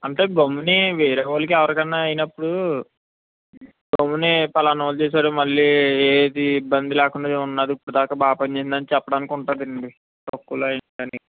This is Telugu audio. అంటే గమ్మున వేరే వాళ్ళకి ఎవరికైనా అయినప్పుడు గమ్మున పలాన వాళ్ళు చేసారు మళ్ళీ ఏది ఇబ్బంది లేకుండా ఉన్నది ఇప్పటిదాకా బాగా పనిచేసింది అని చెప్పడానికి ఉంటదండి తక్కువలో అయిందని